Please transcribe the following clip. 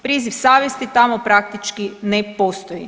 Priziv savjesti tamo praktički ne postoji.